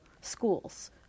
schools